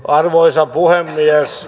arvoisa puhemies